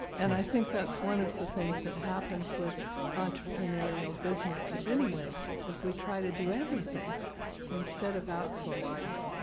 and i think that's one of the things that happens with entrepreneurial businesses anyway is we try to do everything instead of outsourcing it.